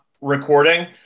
recording